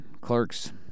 Clerks